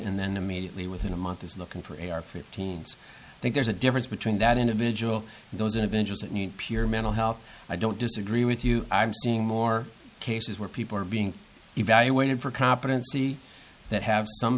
and then immediately within a month is looking for a ar fifteen s think there's a difference between that individual and those individuals that need pure mental health i don't disagree with you i'm seeing more cases where people are being evaluated for competency that have some